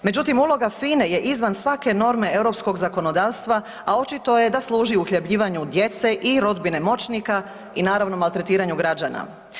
Međutim, uloga FINA-e je izvan svake norme europskog zakonodavstva, a očito je da služi uhljebljivanju djece i rodbine moćnika i naravno maltretiranju građana.